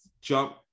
jump